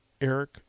Eric